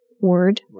word